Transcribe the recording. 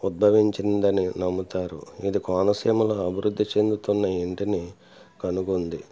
ఉద్బవించిందని నమ్ముతారు ఇది కోనసీమలో అభివృద్ధి చెందుతున్న ఇంటిని కనుగొంది